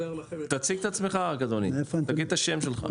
תציג את עצמך רק אדוני, תגיד את השם שלך.